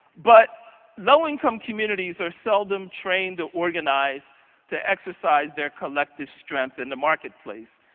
but knowing some communities are seldom trained to organize to exercise their collective strength and the marketplace.